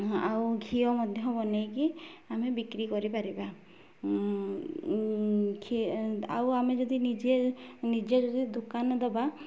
ଆଉ ଘିଅ ମଧ୍ୟ ବନେଇକି ଆମେ ବିକ୍ରି କରିପାରିବା ଆଉ ଆମେ ଯଦି ନିଜେ ନିଜେ ଯଦି ଦୋକାନ ଦେବା